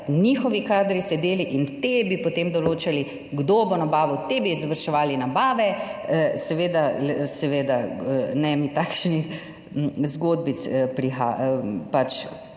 njihovi kadri sedeli in te bi, potem določali kdo bo nabavil, te bi izvrševali nabave - seveda ne mi takšnih zgodbic prodajati.